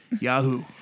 Yahoo